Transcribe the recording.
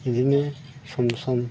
बिदिनो सम सम